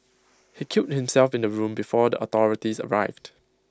he killed himself in the room before the authorities arrived